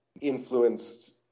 influenced